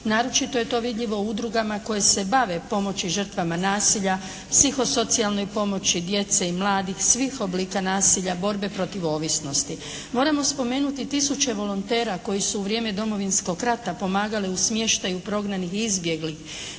Naročito je to vidljivo u udrugama koje se bave pomoći žrtvama nasilja, psihosocijalnoj pomoći djece i mladih, svih oblika nasilja, borbe protiv ovisnosti. Moramo spomenuti tisuće volontera koji su u vrijeme Domovinskog rata pomagali u smještaju prognanih i izbjeglih.